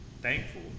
thankful